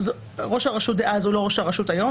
ראש הרשות דאז הוא לא ראש הרשות היום,